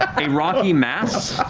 a rocky mass.